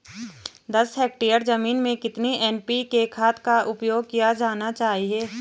दस हेक्टेयर जमीन में कितनी एन.पी.के खाद का उपयोग किया जाना चाहिए?